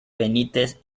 benítez